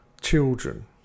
children